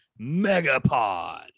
Megapod